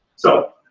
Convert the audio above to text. so.